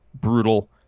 brutal